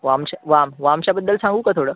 वामच्या वाम वामच्याबद्दल सांगू का थोडं